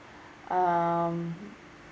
um